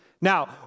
Now